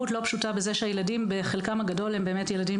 פשוטה בזה שבחלקם הגדול הם באמת ילדים